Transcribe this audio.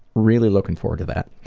really looking forward to that.